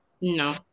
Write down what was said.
No